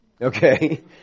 okay